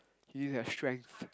you have strength